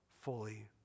fully